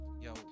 Yo